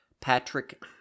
Patrick